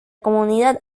comunidad